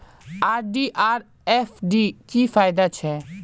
RD or FD की फ़ायदा छे?